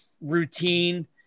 routine